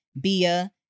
Bia